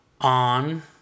on